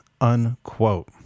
unquote